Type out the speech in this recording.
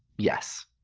yes.